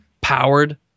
powered